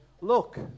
Look